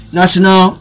national